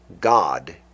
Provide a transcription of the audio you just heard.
God